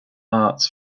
arts